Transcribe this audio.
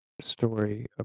story